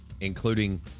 including